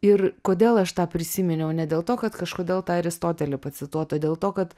ir kodėl aš tą prisiminiau ne dėl to kad kažkodėl tą aristotelį pacituot o dėl to kad